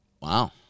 Wow